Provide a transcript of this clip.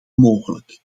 mogelijk